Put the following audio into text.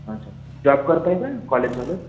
अच्छा जॉब करत आहे का कॉलेज चालू आहे